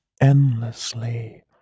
endlessly